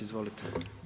Izvolite.